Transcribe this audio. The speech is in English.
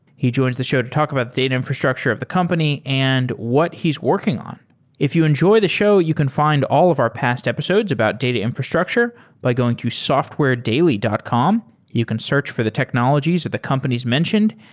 he joins the show to talk about the data infrastructure of the company and what he's working on if you enjoy this show, you can find all of our past episodes about data infrastructure by going to softwaredaily dot dot com. you can search for the technologies of the companies mentioned.